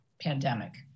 pandemic